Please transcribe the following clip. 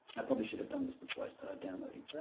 i probably should have done this before i started downloading